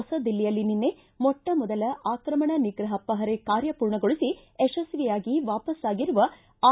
ಹೊಸ ದಿಲ್ಲಿಯಲ್ಲಿ ನಿನ್ನೆ ಮೊಟ್ಟಮೊದಲ ಆಕ್ರಮಣ ನಿಗ್ರಹ ಪಹರೆ ಕಾರ್ಯಪೂರ್ಣಗೊಳಿಸಿ ಯಶಸ್ವಿಯಾಗಿ ವಾಪಾಸ್ಲಾಗಿರುವ ಐ